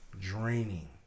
Draining